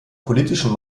politischen